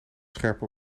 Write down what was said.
scherpe